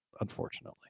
unfortunately